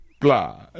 Blah